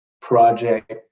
project